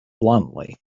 bluntly